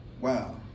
Wow